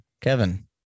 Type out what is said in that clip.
Kevin